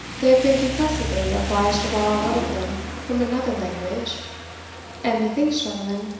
they have been confessedly obliged to borrow one of them from another language and, methinks, gentlemen,